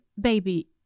baby